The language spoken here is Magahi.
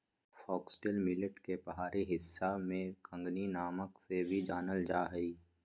फॉक्सटेल मिलेट के पहाड़ी हिस्सा में कंगनी नाम से भी जानल जा हइ